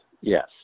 yes